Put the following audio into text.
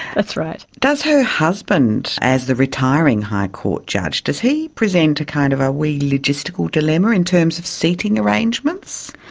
but does her husband as the retiring high court judge, does he present a kind of a wee logistical dilemma in terms of seating arrangements?